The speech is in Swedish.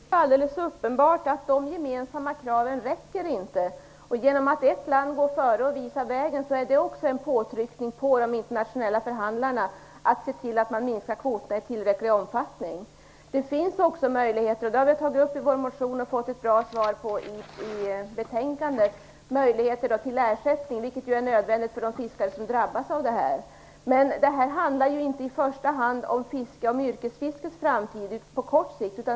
Herr talman! Det är alldeles uppenbart att dessa gemensamma krav inte räcker. Att ett land går före och visar vägen är också en påtryckning på de internationella förhandlarna att se till att kvoterna minskas i tillräcklig omfattning. Det finns också möjligheter till ersättning, och det har vi tagit upp i vår motion och fått ett bra svar på i betänkandet. Det är nödvändigt för de fiskare som drabbas av detta. Men detta handlar ju inte i första hand om yrkesfiskets framtid på kort sikt.